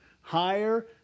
higher